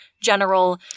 general